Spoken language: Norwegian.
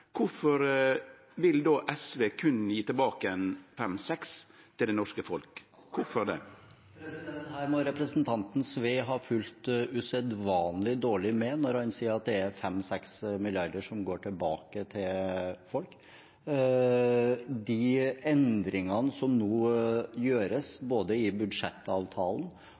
SV då gje berre 5–6 mrd. kr tilbake til det norske folket? Representanten Sve må ha fulgt usedvanlig dårlig med når han sier at det er 5–6 mrd. kr som går tilbake til folk. De endringene som nå gjøres, både i budsjettavtalen